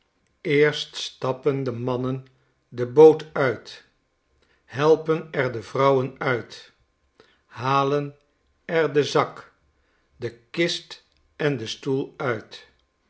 eerst stappen de mannen de boot uit helpen er de vrouwen uit halen er den zak de kist en den stoel uit